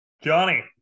Johnny